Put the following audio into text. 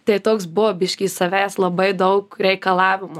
tai toks buvo biškį savęs labai daug reikalavimo